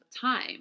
time